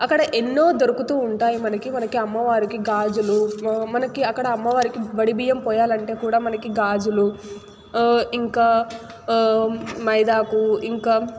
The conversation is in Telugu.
అక్కడ ఎన్నో దొరుకుతూ ఉంటాయి మనకి మనకి అమ్మవారికి గాజులు మనకి అక్కడ అమ్మవారికి బడి బియ్యం పోయాలంటే కూడా మనకి గాజులు ఇంకా మైదాకు ఇంకా